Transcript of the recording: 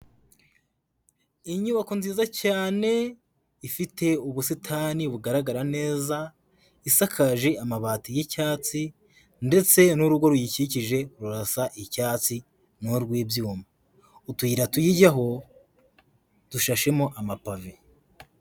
Inyubako nziza cyane ifite ubusitani bugaragara neza, isakaje amabati y'icyatsi ndetse n'urugo ruyikikije rurasa icyatsi ni urw'ibyuma. Utuyira tuyijyaho dushashemo amapave.